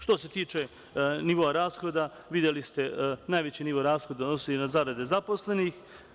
Što se tiče nivoa rashoda, videli ste, najveći nivo rashoda odnosi na zarade zaposlenih.